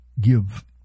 give